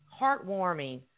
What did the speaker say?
heartwarming